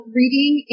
reading